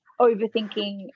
overthinking